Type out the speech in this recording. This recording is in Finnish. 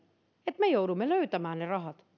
että me joudumme löytämään ne rahat